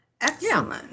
Excellent